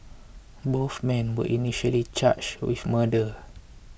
both men were initially charged with murder